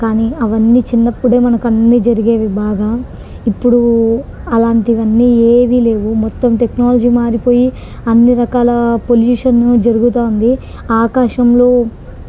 కానీ అవన్నీ చిన్నప్పుడే మనకు అన్నీ జరిగేవి బాగా ఇప్పుడు అలాంటివన్నీ ఏవీ లేవు మొత్తం టెక్నాలజీ మారిపోయి అన్నీ రకాల పొల్యూషన్ జరుగుతూ ఉంది ఆకాశంలో